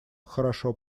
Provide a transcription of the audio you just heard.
хорошо